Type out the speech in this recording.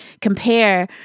compare